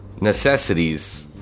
necessities